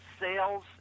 sales